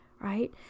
right